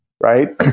right